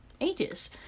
ages